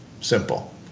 Simple